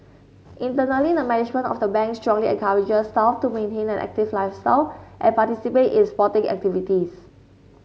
internally the management of the Bank strongly encourages staff to maintain an active lifestyle and participate in sporting activities